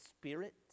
Spirit